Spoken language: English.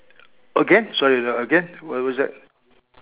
again sorry again what what's that